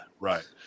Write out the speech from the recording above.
Right